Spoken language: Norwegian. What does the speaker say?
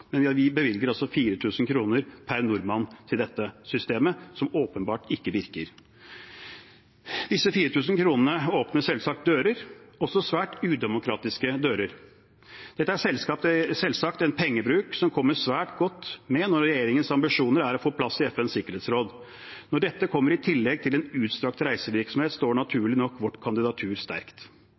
men vi bevilger altså 4 000 kr per nordmann til dette systemet, som åpenbart ikke virker. Disse 4 000 kronene åpner selvsagt dører – også svært udemokratiske dører. Dette er selvsagt en pengebruk som kommer svært godt med når regjeringens ambisjoner er å få en plass i FNs sikkerhetsråd. Når dette kommer i tillegg til en utstrakt reisevirksomhet, står naturlig nok vårt kandidatur sterkt.